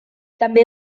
també